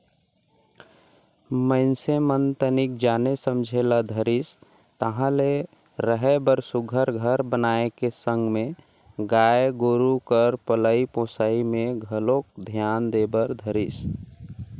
मइनसे मन तनिक जाने समझे ल धरिस ताहले रहें बर सुग्घर घर बनाए के संग में गाय गोरु कर पलई पोसई में घलोक धियान दे बर धरिस